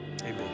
amen